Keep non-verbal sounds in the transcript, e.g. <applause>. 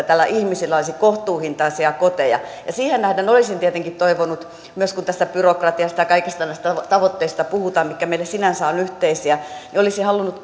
<unintelligible> täällä ihmisillä olisi kohtuuhintaisia koteja ja tietenkin siihen nähden kun puhutaan tästä byrokratiasta ja kaikista näistä tavoitteista mitkä meillä sinänsä ovat yhteisiä olisin halunnut <unintelligible>